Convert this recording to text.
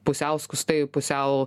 pusiau skustai pusiau